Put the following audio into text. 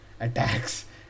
attacks